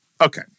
okay